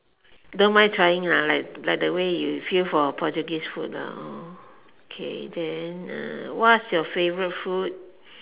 don't mind trying like like the way you feel for Portuguese food okay then what's your favourite food